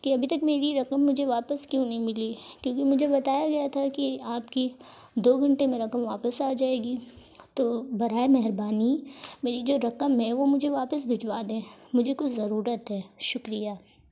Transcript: کہ ابھی تک میری رقم واپس کیوں نہیں ملی کیونکہ مجھے بتایا گیا تھا کہ آپ کی دو گھنٹے میں رقم واپس آ جائے گی تو برائے مہربانی میری جو رقم ہے وہ مجھے واپس بھجوا دیں مجھے کچھ ضرورت ہے شکریہ